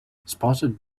spotted